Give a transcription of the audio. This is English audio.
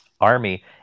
army